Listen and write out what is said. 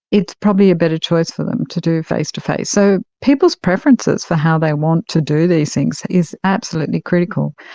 it's probably a better choice for them to do face-to-face. so people's preferences for how they want to do these things is absolutely critical.